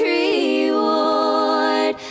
reward